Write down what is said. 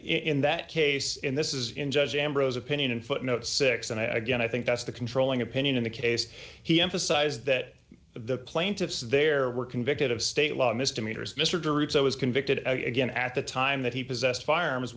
in that case and this is in judge ambrose opinion in footnote six and i again i think that's the controlling opinion in the case he emphasized that the plaintiffs there were convicted of state law misdemeanors mr druce i was convicted again at the time that he possessed firearms